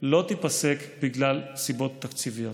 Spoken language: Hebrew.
לא תיפסק בגלל סיבות תקציביות.